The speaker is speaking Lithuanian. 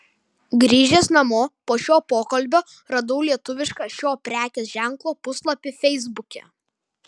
grįžęs namo po šio pokalbio radau lietuvišką šio prekės ženklo puslapį feisbuke